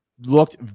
looked